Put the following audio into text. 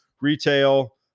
Retail